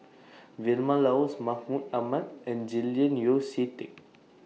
Vilma Laus Mahmud Ahmad and Julian Yeo See Teck